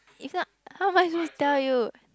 if not how am I supposed to tell you